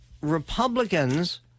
Republicans